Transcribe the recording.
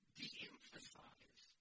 de-emphasize